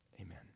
amen